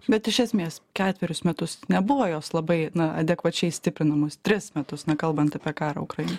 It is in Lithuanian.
bet iš esmės ketverius metus nebuvo jos labai na adekvačiai stiprinamos tris metus na kalbant apie karą ukrainoj